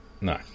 No